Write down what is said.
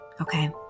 okay